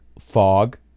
fog